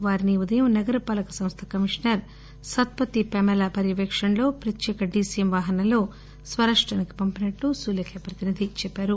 వారిని ఈ ఉదయం వరంగల్ నగర పాలక సంస్థ కమిషనర్ సత్పతి పమేలా పర్యవేకణలో ప్రత్యేక డీసీఎం వాహనం లో స్వరాష్టానికి పంపినట్టు సులేఖ్య ప్రతినిధి తెలిపారు